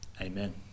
amen